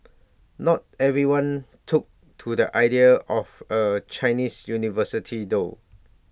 not everyone took to the idea of A Chinese university though